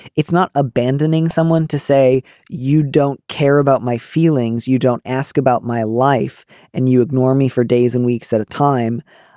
it's not abandoning someone to say you don't care about my feelings you don't ask about my life and you ignore me for days and weeks at a time.